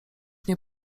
nie